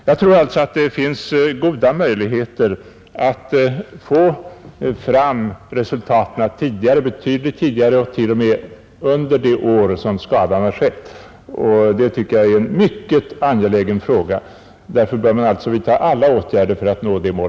Jag tror alltså att det finns goda möjligheter att få fram resultaten betydligt tidigare och t.o.m. under det år då skadan har skett. Det tycker jag är en mycket angelägen fråga, och jag anser alltså att man bör vidta alla åtgärder för att nå detta mål.